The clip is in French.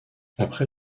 après